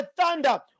thunder